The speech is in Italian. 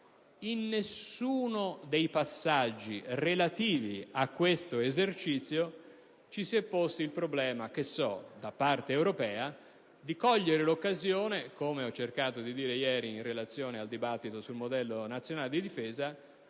In nessuno dei passaggi relativi a questo esercizio ci si è posti il problema da parte europea di cogliere l'occasione, come ho cercato di dire ieri in relazione al dibattito sul modello nazionale di difesa,